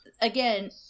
again